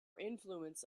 influence